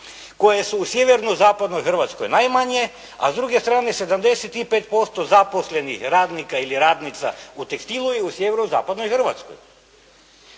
koje su u sjevero-zapadnoj Hrvatskoj najmanje, a s druge strane 75% zaposlenih radnika ili radnica u tekstilu je u sjevero-zapadnoj Hrvatskoj.